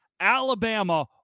Alabama